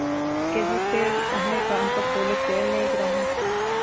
कैसा पेड़ रहए तो हमको फूल का पेड़ लै का रहए